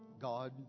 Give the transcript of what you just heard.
God